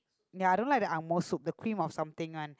ya I don't like the angmoh soup the cream of something one